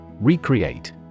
Recreate